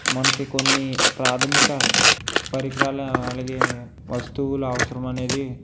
మనకి కొన్ని ప్రాథమిక పరికరాలు అలాగే వస్తువులు అవసరం అనేది